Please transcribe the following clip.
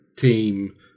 team